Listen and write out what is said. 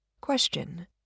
Question